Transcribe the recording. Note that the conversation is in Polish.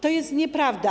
To jest nieprawda.